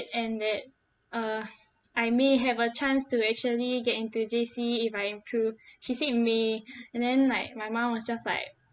and that uh I may have a chance to actually get into J_C if I improved she said may and then like my mum was just like